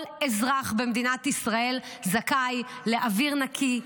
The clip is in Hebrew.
כל אזרח במדינת ישראל זכאי לאוויר נקי,